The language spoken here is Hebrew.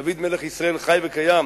דוד מלך ישראל חי וקיים,